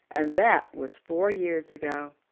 and that was four years ago.